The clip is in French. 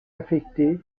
affecté